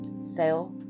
sale